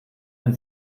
ein